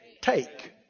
take